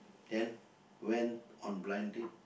then went on blind date